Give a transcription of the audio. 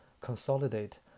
consolidate